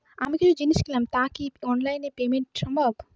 আমি কিছু জিনিস কিনলাম টা কি অনলাইন এ পেমেন্ট সম্বভ?